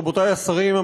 רבותי השרים,